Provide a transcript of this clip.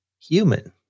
human